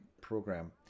program